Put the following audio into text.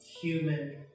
human